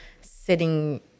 sitting